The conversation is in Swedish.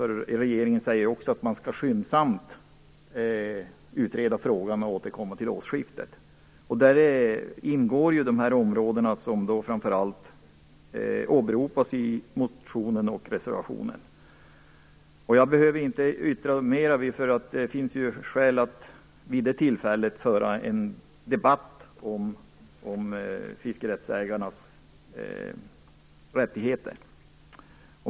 Regeringen säger ju att man skyndsamt skall utreda frågan och återkomma vid årsskiftet. Det gäller då också de områden som framför allt åberopas i motionen och i reservationen. Jag behöver inte yttra något mer nu, för det finns ju skäl att då föra en debatt om fiskerättsägarnas rättigheter.